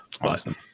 awesome